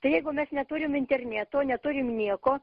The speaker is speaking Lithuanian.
tai jeigu mes neturim interneto neturim nieko